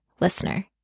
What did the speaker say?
listener